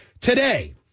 today